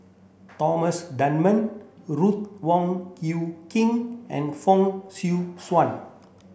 Thomas Dunman Ruth Wong Hie King and Fong Swee Suan